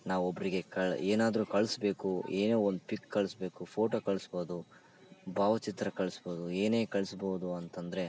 ನಾವು ಒಬ್ಬರಿಗೆ ಕಳ್ ಏನಾದರೂ ಕಳಿಸ್ಬೇಕು ಏನೋ ಒಂದು ಪಿಕ್ ಕಳಿಸ್ಬೇಕು ಫೋಟೊ ಕಳಿಸ್ಬೋದು ಭಾವಚಿತ್ರ ಕಳಿಸ್ಬೋದು ಏನೇ ಕಳಿಸ್ಬೋದು ಅಂತಂದರೆ